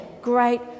great